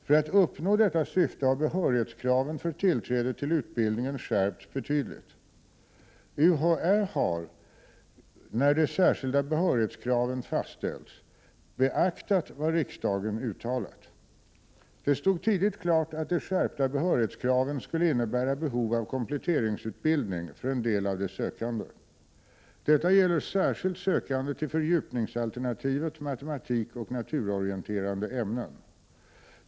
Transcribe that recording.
För att uppnå detta syfte har behörighetskraven för tillträde till utbildningen skärpts betydligt. UHÄ har, när de särskilda behörighetskraven fastställts, beaktat vad riksdagen uttalat. Det stod tidigt klart att de skärpta behörighetskraven skulle innebära behov av kompletteringsutbildning för en del av de sökande. Detta gäller särskilt sökande till fördjupningsalternativet matematik och naturorienterande ämnen.